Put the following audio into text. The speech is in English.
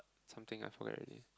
something I forget already